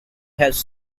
has